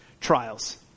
trials